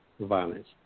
Violence